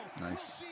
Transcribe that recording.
nice